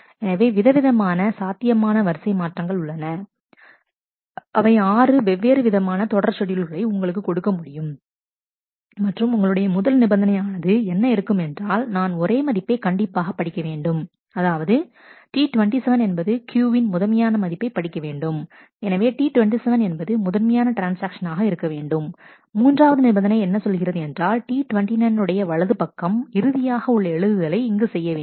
எனவே விதவிதமான சாத்தியமான வரிசை மாற்றங்கள் உள்ளன அவை ஆறு வெவ்வேறு விதமான தொடர் ஷெட்யூல்களை உங்களுக்கு கொடுக்க முடியும் மற்றும் உங்களுடைய முதல் நிபந்தனை ஆனது என்ன இருக்குமென்றால் நான் ஒரே மதிப்பை கண்டிப்பாக படிக்க வேண்டும் அதாவது T27 என்பது Q வின் முதன்மையான மதிப்பை படிக்கவேண்டும் எனவே T27 என்பது முதன்மையான ட்ரான்ஸ்ஆக்ஷன் ஆக இருக்கவேண்டும் மூன்றாவது நிபந்தனை என்ன சொல்கிறது என்றால்T29 உடைய வலது பக்கம் இறுதியாக உள்ள எழுதுதலை இங்கு செய்ய வேண்டும்